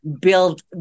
build